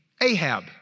Ahab